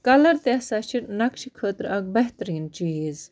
colour تہِ ہَسا چھِ نَقشہِ خٲطرٕ اَکھ بہتریٖن چیٖز